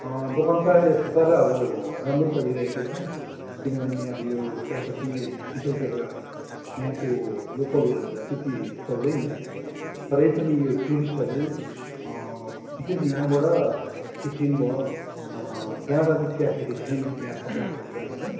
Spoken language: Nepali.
दोकान त एक प्रकार अब राम्रै चलिरहेको छ किनभने अब यो चियापत्ती विशेष गरेर यहाँको लोकल त्यति चल्दैन तरै पनि यो टुरिस्टहरूले विशेष यहाँबाट सिक्किम भयो जहाँ जहाँ चाहिँ चिया खेति छैन त्यहाँ त्यहाँ चाहिँ सप्लाई गरिन्छ